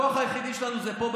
הכוח היחיד שלנו הוא פה,